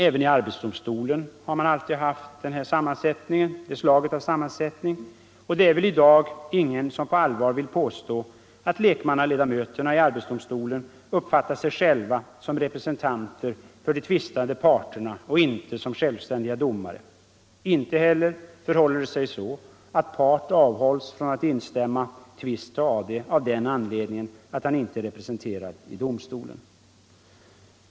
Även i arbetsdomstolen har man alltid haft detta slag av sammansättning, och det är väl i dag ingen som på allvar vill påstå att lekmannaledamöterna i arbetsdomstolen uppfattar sig själva som representanter för de tvistande parterna och inte som självständiga domare. Inte heller förhåller det sig så att part avhålls från att instämma en tvist till arbetsdomstolen av den anledningen att han inte är representerad i domstolen.